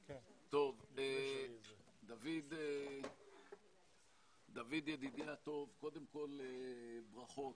דוד, ידידי הטוב, קודם כל, ברכות.